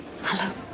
Hello